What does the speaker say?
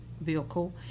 vehicle